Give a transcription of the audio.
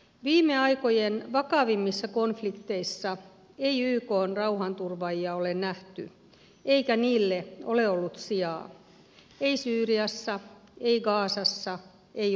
viime aikojen vakavimmissa konflikteissa ei ykn rauhanturvaajia ole nähty eikä heille ole ollut sijaa ei syyriassa ei gazassa ei ukrainassa